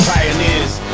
Pioneers